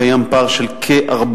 קיים פער של כ-40%,